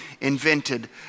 invented